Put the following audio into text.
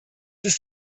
ist